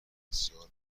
بسیار